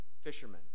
fishermen